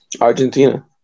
Argentina